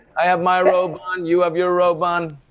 i have my robe on, you have your robe on.